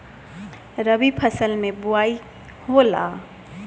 रबी फसल मे बोआई होला?